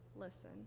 listen